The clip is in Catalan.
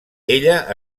ella